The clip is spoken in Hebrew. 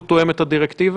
הוא תואם את הדירקטיבה?